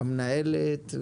למנהלת,